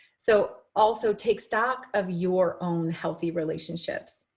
so also take stock of your own healthy relationships.